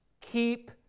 Keep